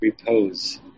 repose